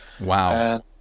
Wow